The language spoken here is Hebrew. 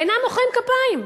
אינם מוחאים כפיים?